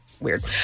weird